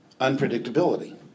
unpredictability